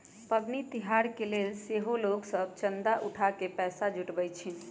पबनि तिहार के लेल सेहो लोग सभ चंदा उठा कऽ पैसा जुटाबइ छिन्ह